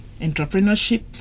entrepreneurship